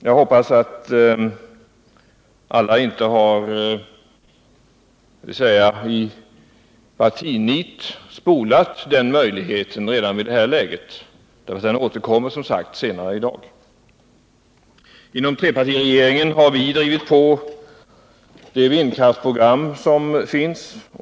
Jag hoppas att inte alla i partinit har förkastat den möjligheten redan i det här läget. Frågan återkommer, som sagt, senare i dag. Inom trepartiregeringen har vi drivit på de vindkraftprogram som finns.